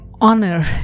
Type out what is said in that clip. honor